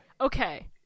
Okay